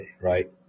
right